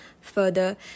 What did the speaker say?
Further